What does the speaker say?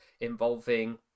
involving